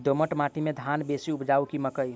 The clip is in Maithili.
दोमट माटि मे धान बेसी उपजाउ की मकई?